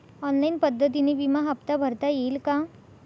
Online पद्धतीने विमा हफ्ता भरता येईल का?